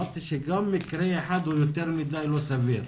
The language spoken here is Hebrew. שגם מקרה אחד הוא יותר מדי לא סביר,